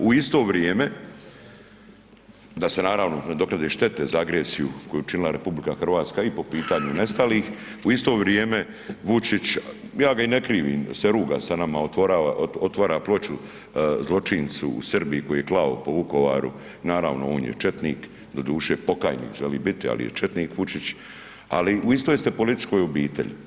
U isto vrijeme, da se naravno nadoknade štete za agresiju koju je učinila RH i po pitanju nestalih, u isto vrijeme Vučić, ja ga i ne krivim se ruga sa nama, otvara ploču zločincu u Srbiji koji je klao po Vukovaru, naravno on je četnik, doduše pokajnik želi biti, ali je četnik Vučić, ali u istoj ste političkoj obitelji.